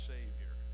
Savior